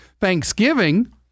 Thanksgiving